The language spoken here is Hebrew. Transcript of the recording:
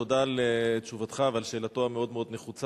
תודה על תשובתך ועל שאלתו המאוד-מאוד נחוצה